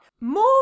more